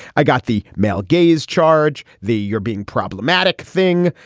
i got the male gaze charge the year being problematic thing.